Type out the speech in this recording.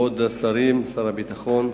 כבוד השרים, שר הביטחון,